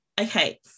Okay